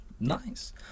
Nice